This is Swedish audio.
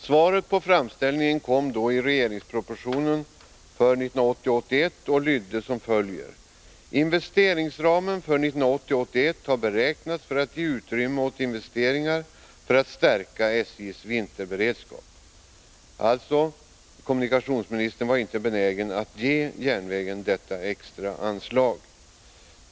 Svaret på denna framställning kom i budgetpropositionen för 1980 81 har beräknats för att ge utrymme åt investeringar för att stärka SJ:s vinterberedskap.” Alltså: Kommunikationsministern var inte benägen att ge järnvägen detta extra anslag.